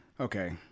okay